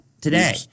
today